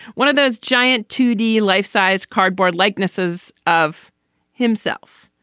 one of those giant two d life sized cardboard likenesses of himself.